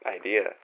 idea